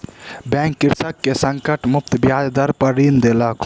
bank कृषक के संकट मुक्त ब्याज दर पर ऋण देलक